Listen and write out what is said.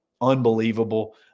Unbelievable